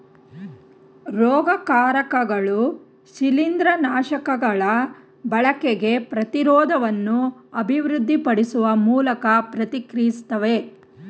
ರೋಗಕಾರಕಗಳು ಶಿಲೀಂದ್ರನಾಶಕಗಳ ಬಳಕೆಗೆ ಪ್ರತಿರೋಧವನ್ನು ಅಭಿವೃದ್ಧಿಪಡಿಸುವ ಮೂಲಕ ಪ್ರತಿಕ್ರಿಯಿಸ್ತವೆ